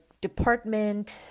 department